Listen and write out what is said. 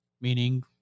Meaning